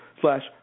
slash